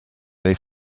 they